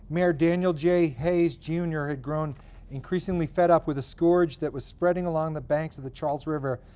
mayor daniel j. hayes jr. had grown increasingly fed up with a scourge that was spreading along the banks of the charles river,